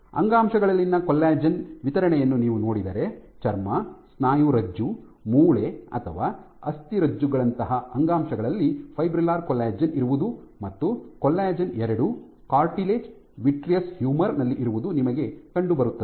ಅಂಗಾಂಶಗಳಲ್ಲಿನ collagen ವಿತರಣೆಯನ್ನು ನೀವು ನೋಡಿದರೆ ಚರ್ಮ ಸ್ನಾಯುರಜ್ಜು ಮೂಳೆ ಅಥವಾ ಅಸ್ಥಿರಜ್ಜುಗಳಂತಹ ಅಂಗಾಂಶಗಳಲ್ಲಿ ಫೈಬ್ರಿಲ್ಲರ್ ಕೊಲ್ಲಾಜೆನ್ ಇರುವುದು ಮತ್ತು ಕೊಲ್ಲಜೆನ್ ಎರಡು ಕಾರ್ಟಿಲೆಜ್ ವಿಟ್ರಿಯೋಸ್ಸ್ ಹ್ಯೂಮರ್ ನಲ್ಲಿ ಇರುವುದು ನಿಮಗೆ ಕಂಡುಬರುತ್ತದೆ